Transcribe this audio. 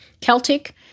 Celtic